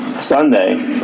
Sunday